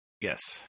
Yes